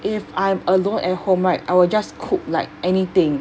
if I'm alone and home right I will just cook like anything